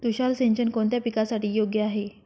तुषार सिंचन कोणत्या पिकासाठी योग्य आहे?